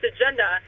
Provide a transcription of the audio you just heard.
agenda